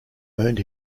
earned